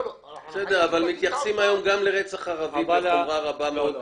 אבל היום מתייחסים גם לרצח ערבי בחומרה רבה מאוד.